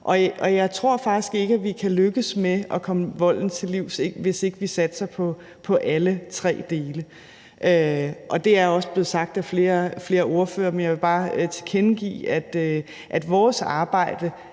faktisk ikke, vi kan lykkes med at komme volden til livs, hvis vi ikke satser på alle tre dele. Og det er også blevet sagt af flere ordførere, men jeg vil bare tilkendegive, at vores arbejde